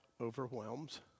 overwhelms